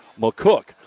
McCook